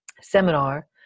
seminar